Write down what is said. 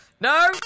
No